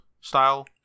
style